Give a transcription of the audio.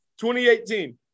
2018